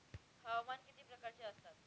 हवामान किती प्रकारचे असतात?